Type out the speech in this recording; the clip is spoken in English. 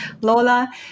Lola